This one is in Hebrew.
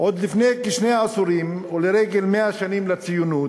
עוד לפני כשני עשורים, ולרגל 100 שנים לציונות,